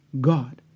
God